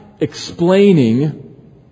explaining